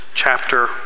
chapter